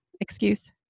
excuse